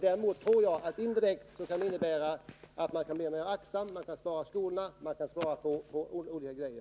Däremot tror jag att det indirekt kan innebära att man kan bli mera aktsam och spara när det gäller olika saker.